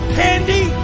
candy